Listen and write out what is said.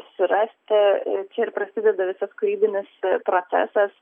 surasti ir čia ir prasideda visas kūrybinis procesas